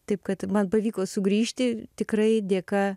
taip kad man pavyko sugrįžti tikrai dėka